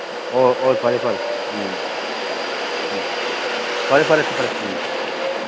ꯑꯣ ꯑꯣꯏ ꯐꯔꯦ ꯐꯔꯦ ꯎꯝ ꯎꯝ ꯐꯔꯦ ꯐꯔꯦ ꯐꯔꯦ ꯎꯝ